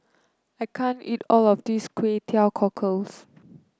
I can't eat all of this Kway Teow Cockles